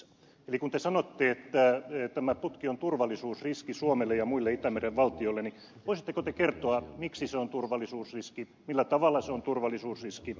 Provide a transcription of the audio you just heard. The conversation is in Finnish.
eli kun te sanotte että tämä putki on turvallisuusriski suomelle ja muille itämeren valtioille niin voisitteko te kertoa miksi se on turvallisuusriski millä tavalla se on turvallisuusriski